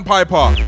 Piper